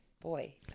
Boy